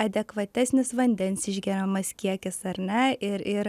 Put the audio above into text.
adekvatesnis vandens išgeriamas kiekis ar ne ir ir